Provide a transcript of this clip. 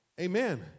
amen